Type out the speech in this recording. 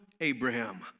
Abraham